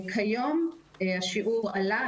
כיום השיעור עלה.